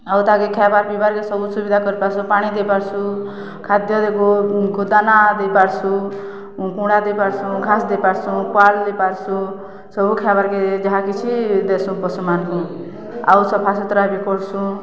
ଆଉ ତାକେ ଖାଇବାର୍ ପିଇବାର୍କେ ସବୁ ସୁବିଧା କରିପାର୍ସୁ ପାଣି ଦେଇପାର୍ସୁ ଖାଦ୍ୟ ଦେଇ ଗୋଦାନା ଦେଇପାର୍ସୁ ପୁଣା ଦେଇପାର୍ସୁଁ ଘାସ ଦେଇପାର୍ସୁଁ ପୁଆଲ ଦେଇପାର୍ସୁ ସବୁ ଖାଇଆବାର୍କେ ଯାହା କିଛି ଦେସୁଁ ପଶୁମାନଙ୍କୁ ଆଉ ସଫା ସୁତୁରା ବି କର୍ସୁଁ